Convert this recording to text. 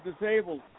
disabled